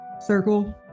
circle